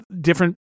different